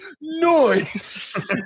noise